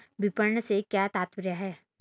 विपणन से क्या तात्पर्य है?